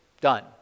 done